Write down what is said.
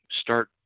start